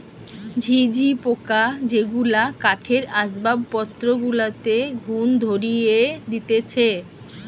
ঝিঝি পোকা যেগুলা কাঠের আসবাবপত্র গুলাতে ঘুন ধরিয়ে দিতেছে